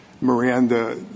Miranda